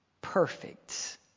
perfect